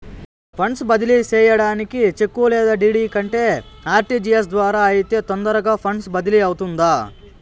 funds బదిలీ సేయడానికి cheque లేదా డీ.డీ కంటే ఆర్.టి.జి.ఎస్ ద్వారా అయితే తొందరగా ఫండ్స్ బదిలీ అవుతుందా